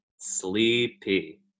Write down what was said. sleepy